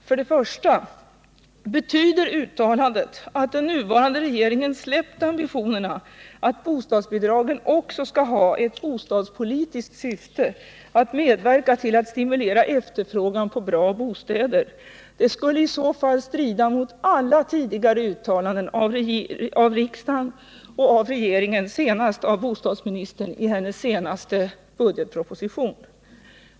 För det första: Betyder uttalandet att den nuvarande regeringen har släppt ambitionerna att bostadsbidragen också skall ha ett bostadspolitiskt syfte, att medverka till att stimulera efterfrågan på bra bostäder? Det skulle i så fall strida mot alla tidigare uttalanden av riksdagen och av regeringen, senast av bostadsministern i hennes senaste budgetproposition.